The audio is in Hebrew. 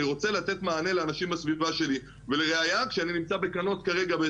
אני רוצה לתת מענה לאנשים בסביבה שלי ולראייה כשאני נמצא בכנות כרגע,